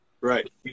Right